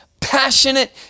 passionate